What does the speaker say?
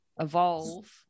evolve